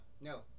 no